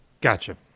gotcha